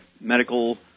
medical